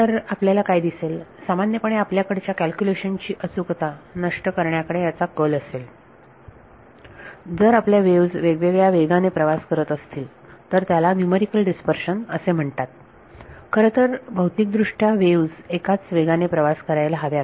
तर आपल्याला काय दिसेल तर सामान्यपणे आपल्याकडच्या कॅल्क्युलेशन ची अचुकता नष्ट करण्याकडे त्याचा कल असेल जर आपल्या वेव्हज वेगवेगळ्या वेगाने प्रवास करत असतील तर त्याला न्यूमरिकल डिस्पर्शन असे म्हणतात खरंतर भौतिक दृष्ट्या वेव्हज एकाच वेगाने प्रवास करायला हव्यात